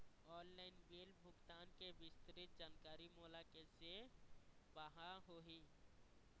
Online bill भुगतान के विस्तृत जानकारी मोला कैसे पाहां होही?